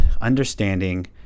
understanding